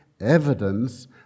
evidence